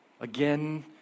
again